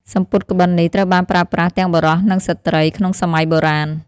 សំពត់ក្បិននេះត្រូវបានប្រើប្រាស់ទាំងបុរសនិងស្ត្រីក្នុងសម័យបុរាណ។